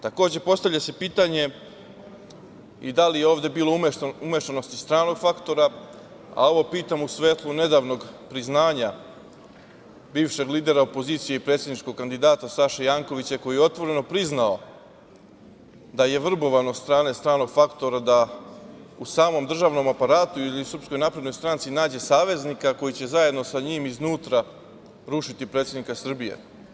Takođe, postavlja se pitanje – da li je ovde bilo imešanosti stranog faktora, a ovo pitam u svetlu nedavnog priznanja bivšeg lidera opozicije i predsedničkog kandidata Saše Jankovića koji je otvoreno priznao da je vrbovan od strane stranog faktora da u samom državnom aparatu ili SNS nađe saveznika koji će zajedno sa njim iznutra rušiti predsednika Srbije.